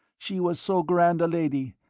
she was so grand a lady,